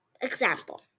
example